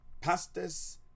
pastors